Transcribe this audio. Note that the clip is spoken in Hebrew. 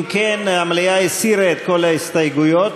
אם כן, המליאה הסירה את כל ההסתייגויות.